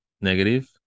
negative